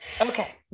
Okay